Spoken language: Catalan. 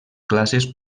classes